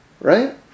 right